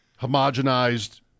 homogenized